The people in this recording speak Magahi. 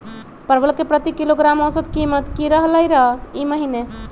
परवल के प्रति किलोग्राम औसत कीमत की रहलई र ई महीने?